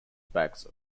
back